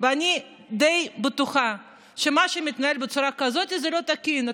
ואני די בטוחה שמה שמתנהל בצורה כזו זה לא תקין.